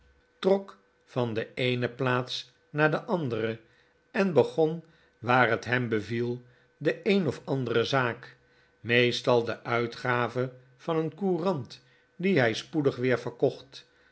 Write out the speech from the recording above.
trok van de eene plaats naar de andere en begon waar het hem beviel de een of andere zaak meestal de uitgave van een courant die hij spoedig weer verkocht